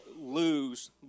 lose